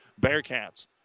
Bearcats